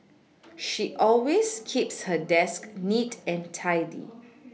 she always keeps her desk neat and tidy